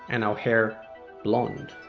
and our hair blonde.